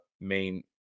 main